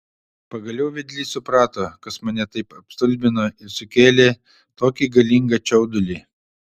pagaliau vedlys suprato kas mane taip apstulbino ir sukėlė tokį galingą čiaudulį